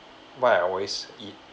why I always eat